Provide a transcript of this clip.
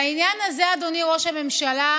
בעניין הזה, אדוני ראש הממשלה,